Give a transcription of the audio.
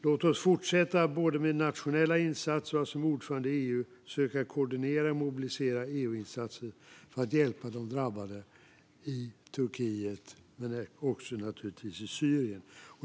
Låt oss fortsätta med både nationella insatser och med att som ordförande i EU söka koordinera och mobilisera EU-insatser för att hjälpa de drabbade i Turkiet men också naturligtvis i Syrien.